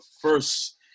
first